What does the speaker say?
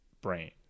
brain